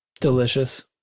Delicious